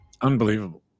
unbelievable